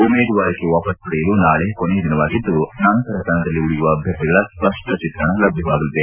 ಉಮೇದುವಾರಿಕೆ ವಾಪಸ್ ಪಡೆಯಲು ನಾಳೆ ಕೊನೆಯ ದಿನವಾಗಿದ್ದು ನಂತರ ಕಣದಲ್ಲಿ ಉಳಿಯುವ ಅಭ್ಯರ್ಥಿಗಳ ಸ್ವಪ್ಪ ಚಿತ್ರಣ ಲಭ್ಯವಾಗಲಿದೆ